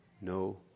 no